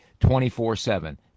24-7